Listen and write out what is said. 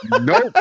Nope